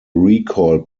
recall